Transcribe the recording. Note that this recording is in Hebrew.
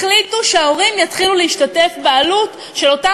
החליטו שההורים יתחילו להשתתף בעלות של ביצוע אותן